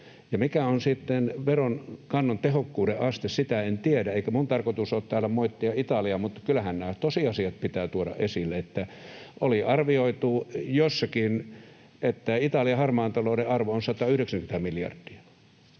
sitten veronkannon tehokkuuden aste, sitä en tiedä, eikä minun tarkoitukseni ole täällä moittia Italiaa, mutta kyllähän nämä tosiasiat pitää tuoda esille. Oli arvioitu jossakin, että Italian harmaan talouden arvo on 190 miljardia.